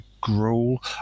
gruel